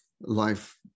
life